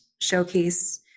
showcase